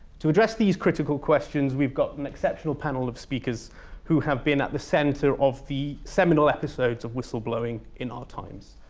to address these critical questions, we've got an exceptional panel of speakers who have been at the center of the seminal episodes of whistleblowing in our times.